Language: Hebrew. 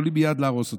עולים מייד להרוס אותם.